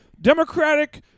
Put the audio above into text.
Democratic